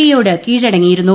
E യോട് കീഴടങ്ങിയിരുന്നു